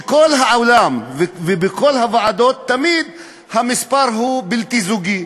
ובכל העולם ובכל הוועדות תמיד המספר הוא בלתי זוגי,